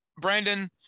Brandon